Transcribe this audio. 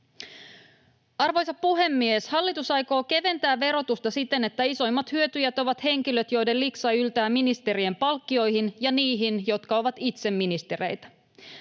Arvoisa puhemies! Hallitus aikoo keventää verotusta siten, että isoimmat hyötyjät ovat henkilöt, joiden liksa yltää ministerien palkkioihin, ja he, jotka ovat itse ministereitä.